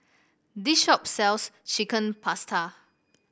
this shop sells Chicken Pasta